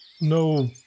no